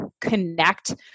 connect